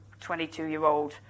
22-year-old